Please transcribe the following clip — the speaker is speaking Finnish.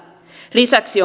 lisäksi